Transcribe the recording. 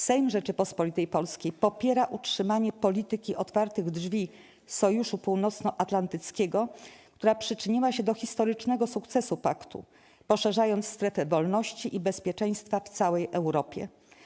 Sejm Rzeczypospolitej Polskiej popiera utrzymanie polityki otwartych drzwi Sojuszu Północnoatlantyckiego, która przyczyniła się do historycznego sukcesu Paktu, poszerzając strefę wolności i bezpieczeństwa w całej Europie.